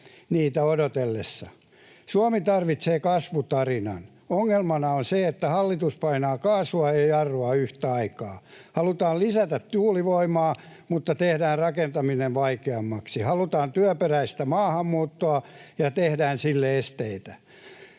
Suomi tarvitsee kasvutarinan. Ongelmana on se, että hallitus painaa kaasua ja jarrua yhtä aikaa. Halutaan lisätä tuulivoimaa, mutta tehdään rakentaminen vaikeammaksi. Halutaan työperäistä maahanmuuttoa ja tehdään sille esteitä.